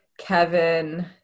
Kevin